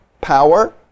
power